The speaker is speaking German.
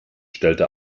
stellte